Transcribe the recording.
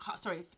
sorry